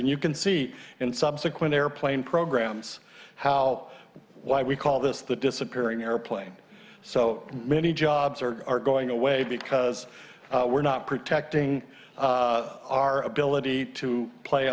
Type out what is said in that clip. and you can see in subsequent airplane programs how why we call this the disappearing airplane so many jobs are going away because we're not protecting our ability to play